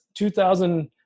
2000